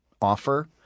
Offer